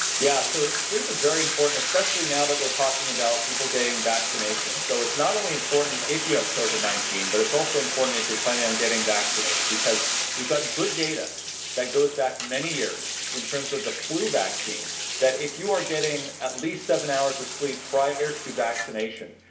yeah, so sleep is very important, especially now that we're talking about people getting vaccinations. so it's not only important if you have covid nineteen, but it's also important if you're planning on getting vaccinated because we've got good data that goes back many years in terms of the flu vaccine that if you are getting at least seven hours of sleep prior to vaccination,